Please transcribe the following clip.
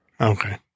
okay